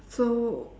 so